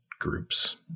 groups